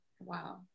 wow